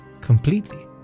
completely